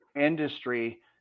industry